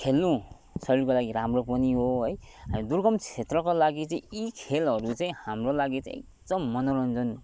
खेल्नु शरीरको लागि राम्रो पनि हो है दुर्गम क्षेत्रको लागि चाहिँ यी खेलहरू चाहिँ हाम्रो लागि चाहिँ एकदम मनोरञ्जन